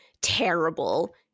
terrible